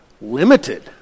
limited